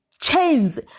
chains